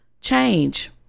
change